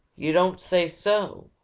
you don't say so!